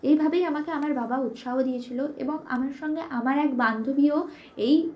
এইভাবেই আমাকে আমার বাবা উৎসাহ দিয়েছিল এবং আমার সঙ্গে আমার এক বান্ধবীও এই